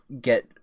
get